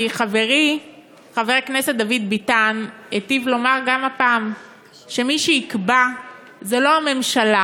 כי חברי חבר הכנסת דוד ביטן היטיב לומר גם הפעם שמי שיקבע זה לא הממשלה,